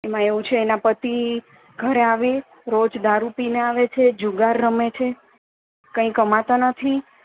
એમાં એવું છે એના પતિ ઘરે આવી રોજ દારૂ પીને આવે છે જુગાર રમે છે છે કંઈ કમાતા નથી